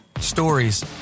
Stories